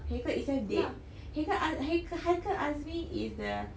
haikel himself date haikel az~ haikel haikel azni is the